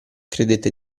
credette